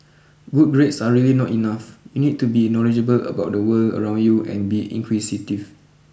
good grades are really not enough you need to be knowledgeable about the world around you and be inquisitive